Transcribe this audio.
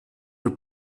her